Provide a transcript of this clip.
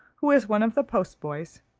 who is one of the post-boys.